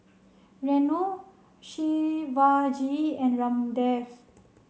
Renu Shivaji and Ramdev